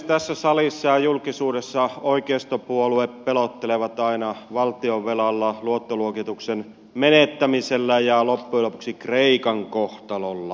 tässä salissa ja julkisuudessa oikeistopuolueet pelottelevat aina valtionvelalla luottoluokituksen menettämisellä ja loppujen lopuksi kreikan kohtalolla